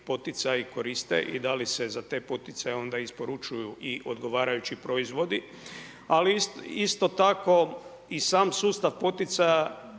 poticaji koriste i da li se za te poticaje onda isporučuju i odgovarajući proizvodi. Ali isto tako i sam sustav poticaja